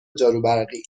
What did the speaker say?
جاروبرقی